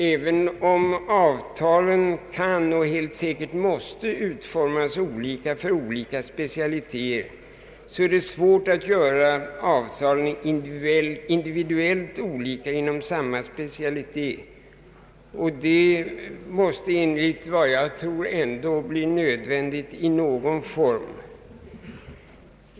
Även om avtalen kan och helt säkert måste utformas olika för olika specialiteter, är det svårt att göra avtalen individuellt olika inom samma specialitet, och detta måste enligt vad jag tror bli nödvändigt i någon form.